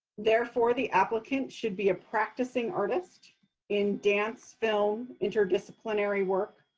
therefore, the applicant should be a practicing artist in dance, film, interdisciplinary work,